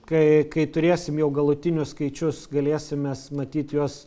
kai kai turėsim jau galutinius skaičius galėsim mes matyt juos